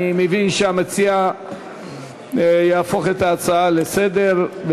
אני מבין שהמציע יהפוך את זה להצעה לסדר-היום,